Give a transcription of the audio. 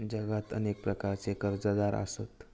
जगात अनेक प्रकारचे कर्जदार आसत